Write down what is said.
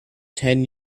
ten